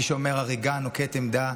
מי שאומר "הריגה" נוקט עמדה.